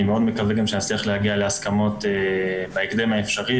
אני מאוד מקווה גם שנצליח להגיע להסכמות בהקדם האפשרי,